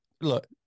look